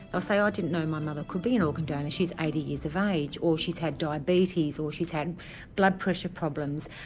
they'll say i ah didn't know my mother could be an organ donor, she's eighty years of age, or she's had diabetes, or she's had blood pressure problems.